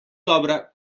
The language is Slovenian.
dobra